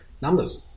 numbers